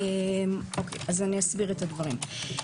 אני אסביר את הדברים.